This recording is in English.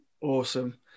Awesome